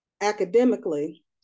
academically